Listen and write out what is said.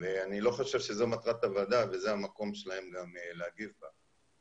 ואני לא חושב שזו מטרת הוועדה וזה המקום שלהם גם להגיב בה.